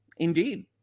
Indeed